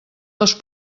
les